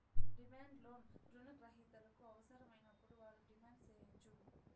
demand loan రుణ గ్రహీతలకు అవసరమైనప్పుడు వారు డిమాండ్ సేయచ్చు